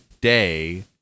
day